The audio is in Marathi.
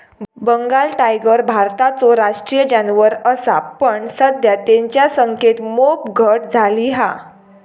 बंगाल टायगर भारताचो राष्ट्रीय जानवर असा पण सध्या तेंच्या संख्येत मोप घट झाली हा